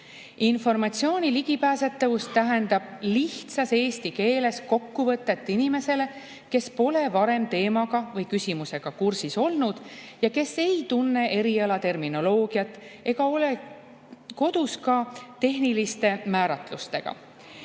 asju? Informatsiooni ligipääsetavus tähendab lihtsas eesti keeles kokkuvõtet inimesele, kes pole varem teemaga või küsimusega kursis olnud ja kes ei tunne erialaterminoloogiat ega ole kodus ka tehniliste määratluste